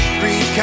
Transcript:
Three